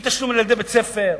אי-תשלום על ילדי בית-ספר.